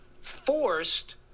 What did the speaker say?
forced